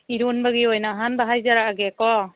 ꯏꯔꯣꯟꯕꯒꯤ ꯑꯣꯏꯅ ꯑꯍꯥꯟꯕ ꯍꯥꯏꯖꯔꯛꯂꯒꯦꯀꯣ